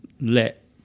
let